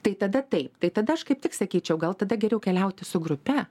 tai tada taip tai tada aš kaip tik sakyčiau gal tada geriau keliauti su grupe